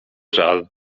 żal